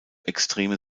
extreme